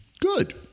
good